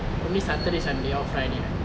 only saturday sunday or friday night